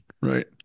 right